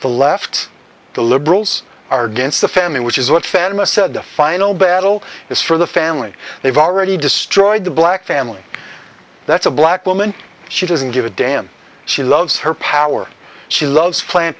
the left the liberals are dance the family which is what fatima said the final battle is for the family they've already destroyed the black family that's a black woman she doesn't give a damn she loves her power she loves planned